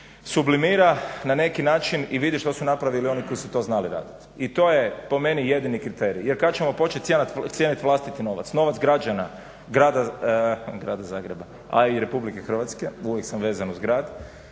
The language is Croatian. sublimira na neki način i vidi što su napravili oni koji su to znali raditi i to je po meni jedini kriterij. Jer kad ćemo počet cijenit vlastite novac, novac građana grada Zagreba, a i Republike Hrvatske, uvijek sam vezan uz grad,